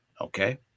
Okay